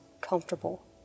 comfortable